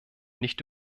nicht